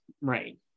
right